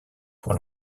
pour